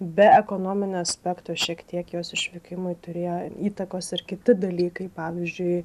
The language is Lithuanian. be ekonominio aspekto šiek tiek jos išvykimui turėjo įtakos ir kiti dalykai pavyzdžiui